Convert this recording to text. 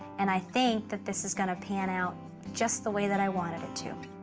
and i think that this is gonna pan out just the way that i wanted it to.